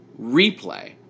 replay